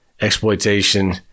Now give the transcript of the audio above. exploitation